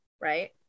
right